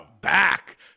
Back